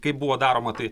kaip buvo daroma tai